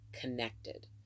connected